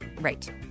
Right